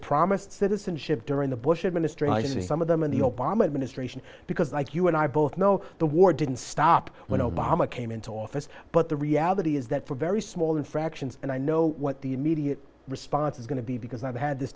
promised citizenship during the bush administration and some of them in the obama administration because like you and i both know the war didn't stop when obama came into office but the reality is that for very small infractions and i know what the immediate response is going to be because i've had this